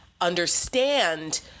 Understand